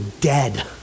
dead